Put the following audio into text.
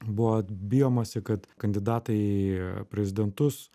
buvo bijomasi kad kandidatai prezidentus